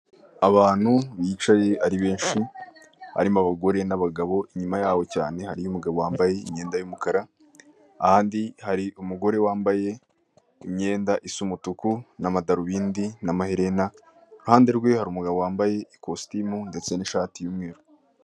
Abantu bicaye ari benshi cyane, harimo abagore n'abagabo, inyuma yabo cyane hariyo umuabo wambaye imyenda y'umukara, ahandi hari umugore wambaye imyenda y'umutuku, n'amadarubindi, n'amaherena, iruhande rwe hari umugabo wambaye ikositimu ndetse n'ishati y'umweru.